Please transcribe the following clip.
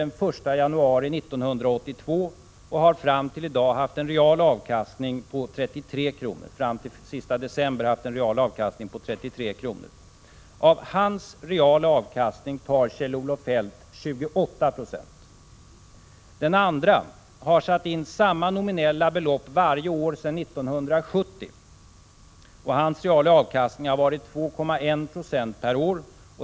den 1 januari 1982 och har den sista december i år haft en real avkastning på 33 kr. Av hans reala avkastning tar Kjell-Olof Feldt 28 Po. Den andre har satt in samma nominella belopp varje år sedan 1970. Hans reala avkastning har varit 2,1 20 per år.